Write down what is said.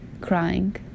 crying